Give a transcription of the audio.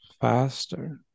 faster